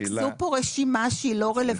ריכזו פה רשימה שהיא לא רלוונטית.